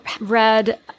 read